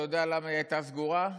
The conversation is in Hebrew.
אתה יודע למה היא הייתה סגורה?